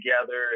together